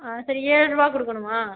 ஆ சரி ஏழ்ருபா கொடுக்கணுமா